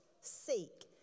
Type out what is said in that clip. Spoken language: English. seek